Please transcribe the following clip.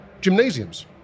gymnasiums